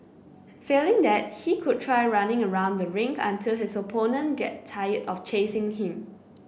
failing that he could try running around the ring until his opponent get tired of chasing him